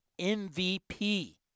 MVP